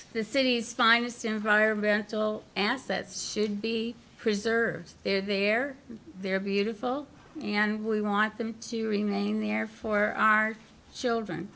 city's finest environmental assets should be preserved they're there they're beautiful and we want them to remain there for our children